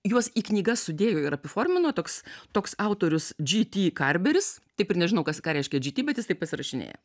juos į knygas sudėjo ir apiformino toks toks autorius džy ty karbelis taip ir nežinau kas ką reiškia džy ty bet jis taip pasirašinėja